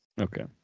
Okay